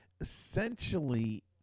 essentially